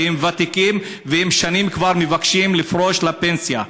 הם ותיקים והם שנים כבר מבקשים לפרוש לפנסיה.